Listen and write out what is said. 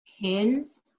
pins